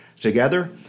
Together